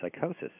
psychosis